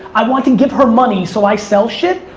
i want to give her money so i sell shit.